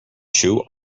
shoe